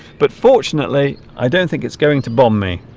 but fortunately i don't think it's going to bomb me